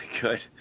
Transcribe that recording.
good